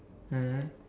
mm